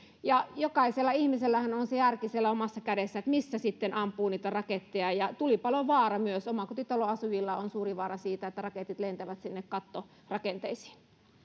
jokaisella ihmisellähän on se järki siellä omassa kädessä että missä sitten ampuu niitä raketteja tulipalon vaara on myös omakotitaloasujilla on suuri vaara siitä että raketit lentävät sinne kattorakenteisiin